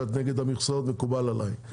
שאת נגד המכסות מקובל עליי.